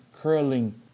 curling